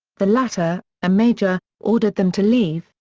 the latter, a major, ordered them to leave,